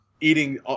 eating